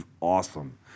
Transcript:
awesome